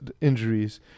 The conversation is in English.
injuries